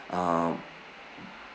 um